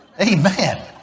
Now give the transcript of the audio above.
Amen